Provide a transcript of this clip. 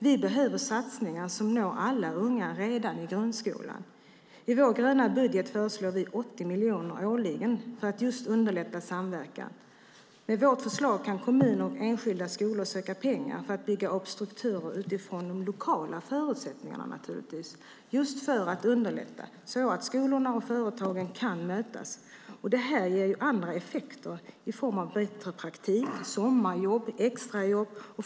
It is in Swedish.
Vi behöver satsningar som når alla unga redan i grundskolan. I vår gröna budget föreslår vi 80 miljoner årligen för att underlätta samverkan. Med vårt förslag kan kommuner och enskilda skolor söka pengar för att bygga upp strukturer, naturligtvis utifrån de lokala förutsättningarna, för att underlätta för skolorna och företagen att mötas. Detta ger andra effekter i form av bättre praktik, sommarjobb och extrajobb.